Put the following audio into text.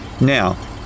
Now